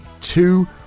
two